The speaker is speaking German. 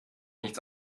nichts